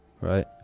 right